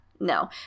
No